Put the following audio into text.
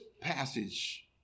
passage